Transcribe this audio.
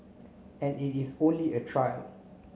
and it is only a trial